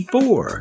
Four